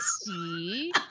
see